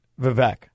Vivek